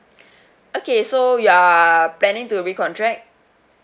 okay so you are planning to recontract